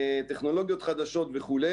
טכנולוגיות חדשות וכו'.